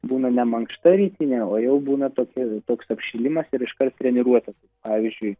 būna ne mankšta rytinė o jau būna tokia ir toks apšilimas ir iškart treniruotis pavyzdžiui